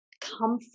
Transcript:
comfort